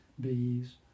bees